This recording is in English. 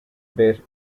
bit